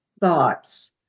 thoughts